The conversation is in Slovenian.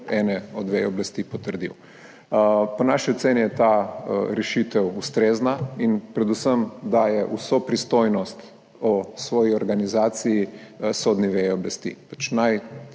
ene od vej oblasti potrdi. Po naši oceni je ta rešitev ustrezna in predvsem daje vso pristojnost o svoji organizaciji sodni veji oblasti,